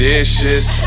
Dishes